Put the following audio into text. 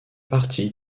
partie